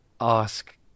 ask